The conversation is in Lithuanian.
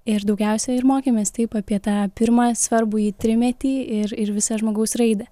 ir daugiausiai ir mokėmės taip apie tą pirmą svarbųjį trimetį ir ir visą žmogaus raidą